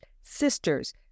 sisters